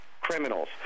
criminals